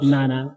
Nana